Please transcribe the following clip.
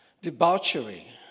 Debauchery